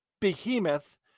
behemoth